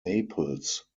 naples